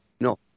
No